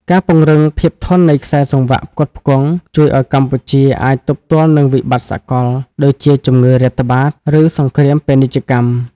ការពង្រឹង "ភាពធន់នៃខ្សែសង្វាក់ផ្គត់ផ្គង់" ជួយឱ្យកម្ពុជាអាចទប់ទល់នឹងវិបត្តិសកល ដូចជាជំងឺរាតត្បាត ឬសង្គ្រាមពាណិជ្ជកម្ម។